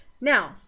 now